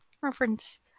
reference